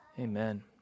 Amen